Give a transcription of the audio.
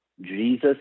Jesus